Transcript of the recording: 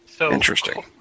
Interesting